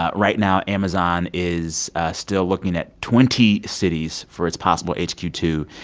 ah right now, amazon is still looking at twenty cities for its possible h q two.